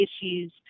issues